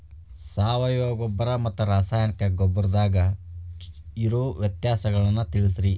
ಸಾವಯವ ಗೊಬ್ಬರ ಮತ್ತ ರಾಸಾಯನಿಕ ಗೊಬ್ಬರದಾಗ ಇರೋ ವ್ಯತ್ಯಾಸಗಳನ್ನ ತಿಳಸ್ರಿ